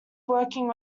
working